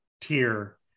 tier